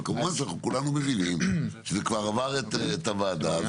כמובן, כולנו מבינים שזה כבר עבר את הוועדה.